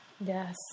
Yes